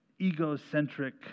egocentric